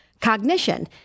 cognition